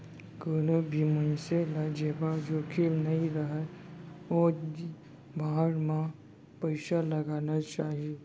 कोनो भी मनसे ल जेमा जोखिम नइ रहय ओइ बांड म पइसा लगाना चाही